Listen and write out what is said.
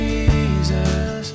Jesus